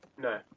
No